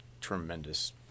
tremendous